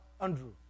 Andrew